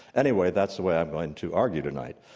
anyway, that's the way i'm going to argue tonight